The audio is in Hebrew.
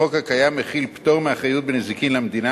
החוק הקיים מכיל פטור מאחריות בנזיקין למדינה